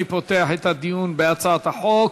אני פותח את הדיון בהצעת החוק.